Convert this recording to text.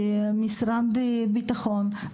משרד הביטחון.